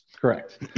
Correct